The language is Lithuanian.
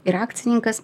ir akcininkas